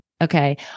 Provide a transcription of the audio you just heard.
Okay